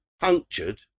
punctured